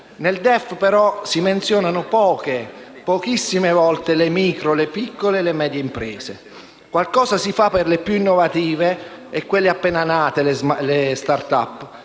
Nel DEF, però, si menzionano poche, pochissime volte le micro, le piccole e le medie imprese. Qualcosa si fa per le più innovative e quelle appena nate - le *startup*